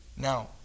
Now